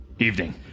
Evening